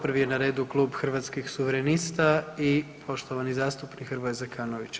Prvi je na redu Klub Hrvatskih suverenista i poštovani zastupnik Hrvoje Zekanović.